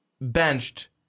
benched